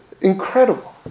incredible